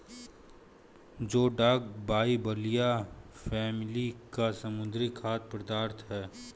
जोडाक बाइबलिया फैमिली का समुद्री खाद्य पदार्थ है